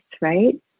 right